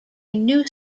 new